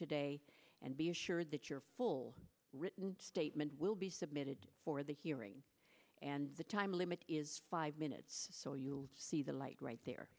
today and be assured that your full written statement will be submitted for the hearing and the time limit is five minutes so you see the light right there